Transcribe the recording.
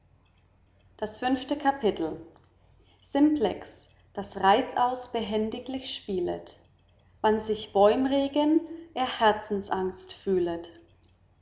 das fünfte kapitel simplex das reißaus behendiglich spielet wann sich bäum regen er herzensangst fühlet